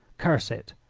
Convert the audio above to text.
curse it,